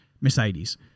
Mercedes